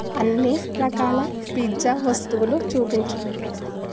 అన్నీ రకాల పిజ్జా వస్తువులు చూపించు